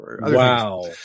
Wow